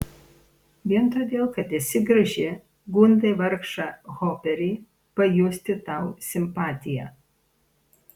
vien todėl kad esi graži gundai vargšą hoperį pajusti tau simpatiją